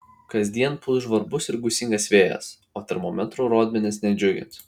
kasdien pūs žvarbus ir gūsingas vėjas o termometrų rodmenys nedžiugins